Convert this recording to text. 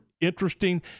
interesting